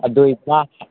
ꯑꯗꯨꯒꯤ